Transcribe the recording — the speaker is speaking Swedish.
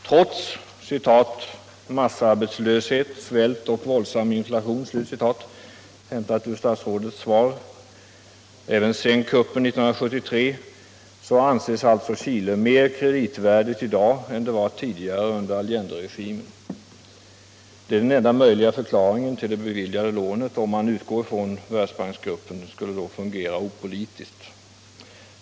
Trots ”massarbetslöshet, svält och våldsam inflation” sedan kuppen 1973 — för att citera ur statsrådets svar — anses alltså Chile mer kreditvärdigt i dag än landet var tidigare under Allenderegimen. Det är den enda möjliga förklaringen till det beviljade lånet —- om man utgår från att Världsbanksgruppen fungerar opolitiskt.